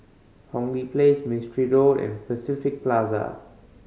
Hong Lee Place Mistri Road and Pacific Plaza